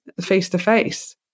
face-to-face